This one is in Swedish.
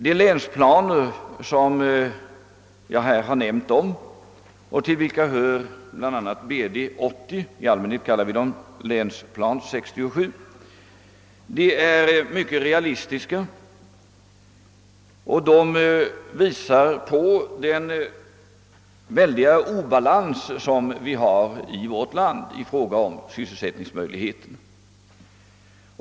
De planer som jag här talat om — till dem hör bl.a. BD-80, i allmänhet kallad länsplan 67 — är mycket realistiska. De visar den mycket markanta obalans vi har i vårt land när det gäller sysselsättningsmöjligheterna.